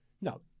No